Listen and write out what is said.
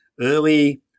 early